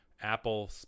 Apple